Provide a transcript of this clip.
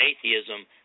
atheism